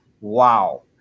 wow